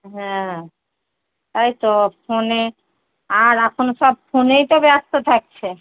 হ্যাঁ এই তো ফোনে আর এখন সব ফোনেই তো ব্যস্ত থাকছে